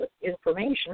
information